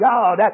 God